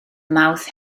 mawrth